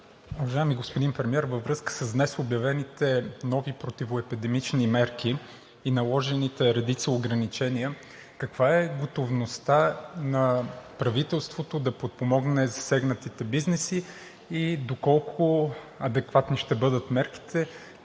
Уважаеми господин Премиер, във връзка с днес обявените нови противоепидемични мерки и наложените редица ограничения каква е готовността на правителството да подпомогне засегнатите бизнеси и доколко адекватни ще бъдат мерките?